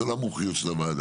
זאת לא המומחיות של הוועדה.